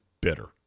bitter